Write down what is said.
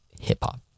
hip-hop